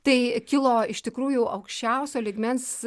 tai kilo iš tikrųjų aukščiausio lygmens